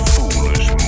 Foolish